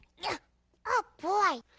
yeah oh boy.